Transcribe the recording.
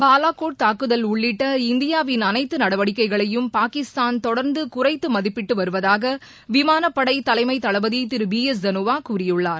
பாலாக்கோட் தாக்குதல் உள்ளிட்ட இந்தியாவின் அனைத்து நடவடிக்கைகளையும் பாகிஸ்தான் தொடர்ந்து குறைத்து மதிப்பிட்டு வருவதாக விமானப்படை தலைமை தளபதி திரு பி எஸ் தனோவா கூறியுள்ளார்